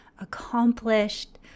accomplished